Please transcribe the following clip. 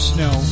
Snow